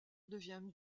devient